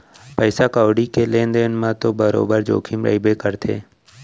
पइसा कउड़ी के लेन देन म तो बरोबर जोखिम रइबे करथे